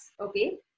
Okay